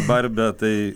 barbę tai